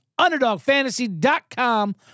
underdogfantasy.com